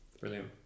brilliant